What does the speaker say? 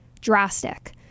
drastic